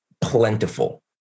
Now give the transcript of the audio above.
plentiful